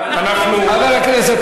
ידידי,